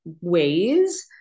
ways